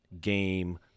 game